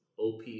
OP